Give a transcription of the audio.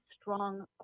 strong